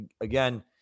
Again